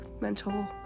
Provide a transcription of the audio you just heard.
mental